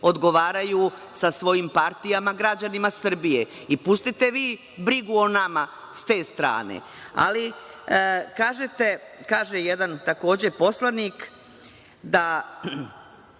odgovaraju sa svojim partijama građanima Srbije. Pustite vi brigu o nama sa te strane, ali kažete, kaže jedan takođe poslanik da